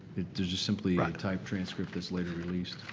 there's just simply a typed transcript that's later released.